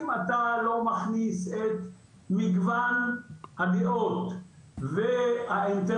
אם אתה לא מכניס את מגוון הדעות והאינטרסים